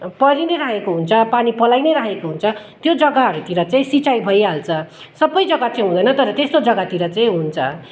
परि नै राखेको हुन्छ पानी पलाई नै राखेको हुन्छ त्यो जग्गाहरूतिर चाहिँ सिँचाइ भइहाल्छ सबैजग्गा चाहिँ हुँदैन तर त्यस्तो जग्गातिर चाहिँ हुन्छ